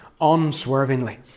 Unswervingly